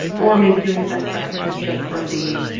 or maybe doing a best practices just for the.